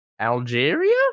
Algeria